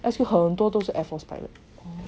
S_Q 很多都是 air force pilot